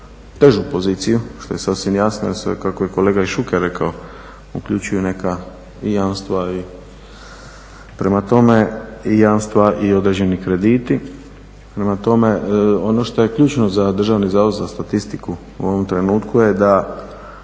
težu poziciju što je sasvim jasno kao što je kolega Šuker rekao, uključuje neka i jamstva i određeni krediti. Prema tome ono što je ključno za Državni zavod za statistiku u ovom trenutku je da